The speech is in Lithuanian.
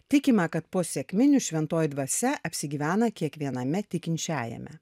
tikima kad po sekminių šventoji dvasia apsigyvena kiekviename tikinčiajame